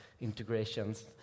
integrations